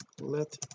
let